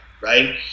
right